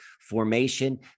formation